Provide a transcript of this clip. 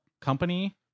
company